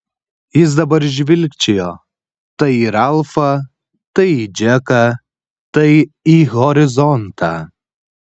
jis dabar žvilgčiojo tai į ralfą tai į džeką tai į horizontą